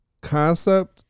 concept